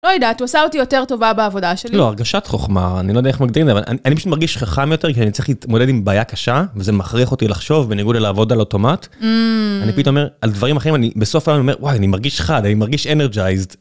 לא יודעת, אתה עושה אותי יותר טובה בעבודה שלי. לא, הרגשת חוכמה, אני לא יודע איך מגדירים את זה, אבל אני פשוט מרגיש חכם יותר, כי אני צריך להתמודד עם בעיה קשה, וזה מכריח אותי לחשוב, בניגוד לעבוד על אוטומט. אני פתאום אומר על דברים אחרים, אני בסוף היום אומר, וואי אני מרגיש חד, אני מרגיש אנרגייזד.